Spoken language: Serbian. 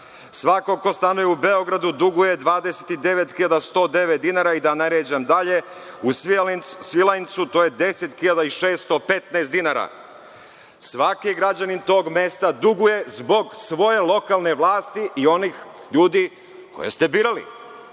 Svako ko stanuje u Beogradu duguje 29.109 dinara i da ne ređam dalje, u Svilajncu to je 10.615 dinara. Svaki građanin tog mesta duguje zbog svoje lokalne vlasti i onih ljudi koje ste birali.